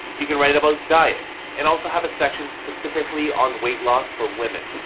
you can write about diets and also have a section specifically on weight loss for women.